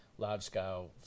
large-scale